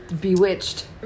Bewitched